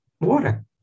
water